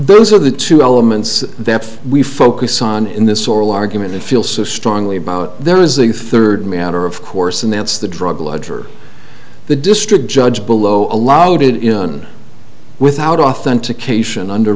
those are the two elements that we focus on in this oral argument and feel so strongly about there is the third matter of course and that's the drug ledger the district judge below allowed in without authentication under